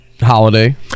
holiday